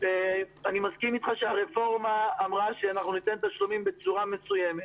אני מסכים איתך שהרפורמה אמרה שאנחנו ניתן תשלומים בצורה מסוימת.